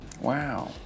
Wow